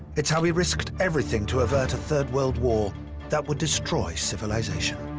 it's how he risked everything to avert a third world war that would destroy civilization.